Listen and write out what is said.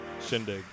Shindig